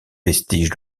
vestiges